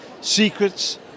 secrets